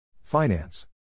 Finance